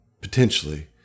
potentially